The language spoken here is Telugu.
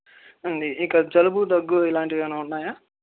అండి ఇక జలుబు దగ్గు ఇలాంటివేమైనా ఉన్నాయా